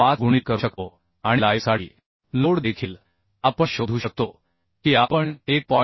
5 गुणिले करू शकतो आणि लाइव्हसाठी लोड देखील आपण शोधू शकतो की आपण 1